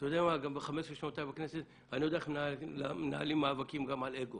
גם ב-15 שנותיי בכנסת אני יודע איך מנהלים מאבקים גם על אגו